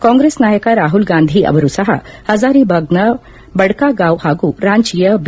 ಕಾಂಗ್ರೆಸ್ ನಾಯಕ ರಾಹುಲ್ಗಾಂಧಿ ಅವರೂ ಸಹ ಹಜಾರಿಬಾಗ್ನ ಬಡ್ನಾಗಾಂವ್ ಹಾಗೂ ರಾಂಚಿಯ ಬಿ